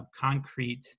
concrete